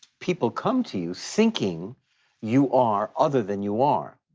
people come to you thinking you are other than you are.